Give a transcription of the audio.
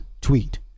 tweet